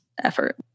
Effort